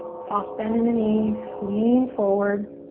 soft bend in the knees, lean forward.